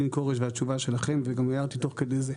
כורש והתשובה שלכם וגם הערתי תוך כדי זה,